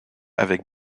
avec